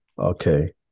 Okay